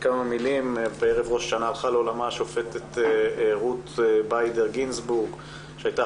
בערב ראש השנה הלכה לעולמה השופטת רות ביידר גינסבורג שהייתה